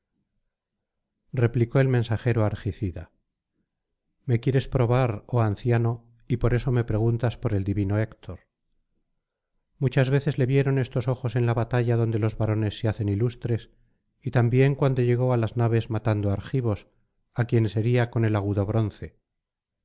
replicó el mensajero argicida me quieres probar oh anciano y por eso me preguntas por el divino héctor muchas veces le vieron estos ojos en la batalla donde los varones se hacen ilustres y también cuando llegó á las naves matando argivos á quienes hería con el agudo bronce